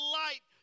light